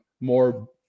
more